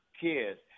kids